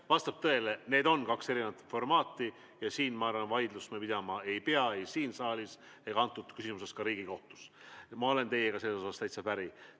Vastab tõele, need on kaks erinevat formaati ja siin, ma arvan, me vaidlust pidama ei pea ei siin saalis ega ka Riigikohtus. Ma olen teiega selles täitsa päri.